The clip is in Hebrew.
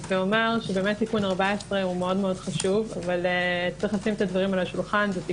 תיקון 14 הוא מאוד חשוב אבל הוא יושב מאז